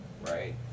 right